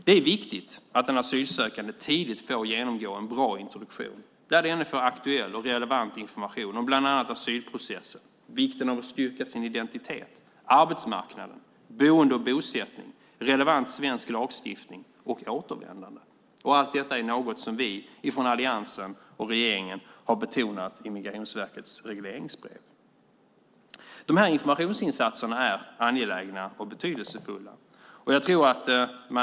Det är viktigt att en asylsökande tidigt får genomgå en bra introduktion där denne får aktuell och relevant information om bland annat asylprocessen, vikten av att styrka sin identitet, arbetsmarknaden, boende och bosättning, relevant svensk lagstiftning och återvändande. Allt detta är något som vi från Alliansen och regeringen har betonat i Migrationsverkets regleringsbrev. De här informationsinsatserna är angelägna och betydelsefulla.